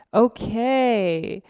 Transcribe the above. okay,